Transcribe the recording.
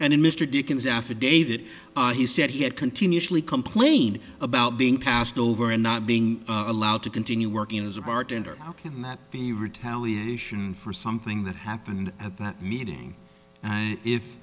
in mr dickens affidavit he said he had continuously complained about being passed over and not being allowed to continue working as a bartender how can that be retaliation for something that happened at that meeting and if